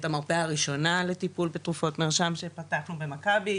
את המרפאה הראשונה לטיפול בתרופות מרשם שפתחנו במכבי,